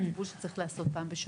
וזה טיפול שצריך לעשות פעם בשבוע.